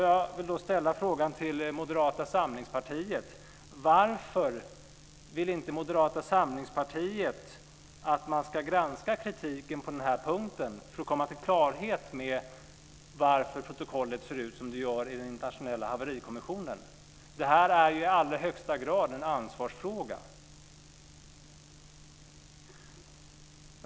Jag vill då ställa frågan till Moderata samlingspartiet: Varför vill inte Moderata samlingspartiet att man ska granska kritiken på den här punkten för att komma till klarhet med varför protokollet ser ut som det gör i den internationella haverikommissions rapport. Det här är ju i allra högsta grad en ansvarsfråga.